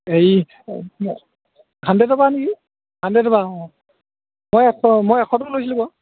হেই হাণ্ড্ৰেডৰপৰা নেকি হাণ্ড্ৰেডৰপৰা অঁ মই এশ মই এশটো লৈছিলোঁ বাৰু